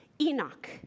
Enoch